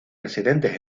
residentes